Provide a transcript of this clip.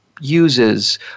uses